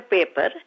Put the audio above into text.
Paper